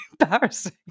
embarrassing